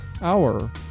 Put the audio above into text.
Hour